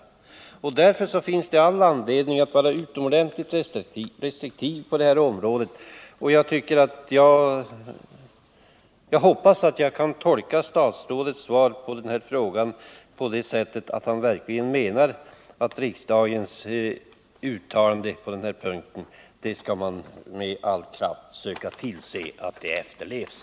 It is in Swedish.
Det finns alltså all anledning att vara utomordentligt restriktiv på detta område. Jag hoppas att jag kan tolka statsrådets svar på den här frågan på det sättet att han verkligen menar att med all kraft se till att riksdagens uttalande på denna punkt efterlevs.